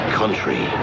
country